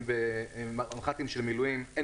תעשייה דור 4,